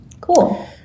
Cool